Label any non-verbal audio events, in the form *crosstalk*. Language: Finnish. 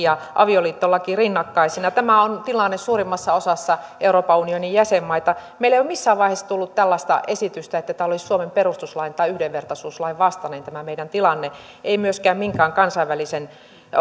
*unintelligible* ja avioliittolaki rinnakkaisina tämä on tilanne suurimmassa osassa euroopan unionin jäsenmaita meillä ei ole missään vaiheessa tullut tällaista esitystä että olisi suomen perustuslain tai yhdenvertaisuuslain vastainen tämä meidän tilanteemme ei myöskään minkään kansainvälisen